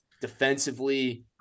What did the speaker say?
Defensively